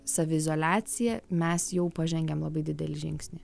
saviizoliaciją mes jau pažengėm labai didelį žingsnį